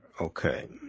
Okay